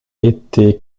été